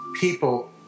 people